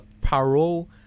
parole